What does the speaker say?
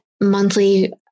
monthly